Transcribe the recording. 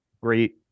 great